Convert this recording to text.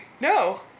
No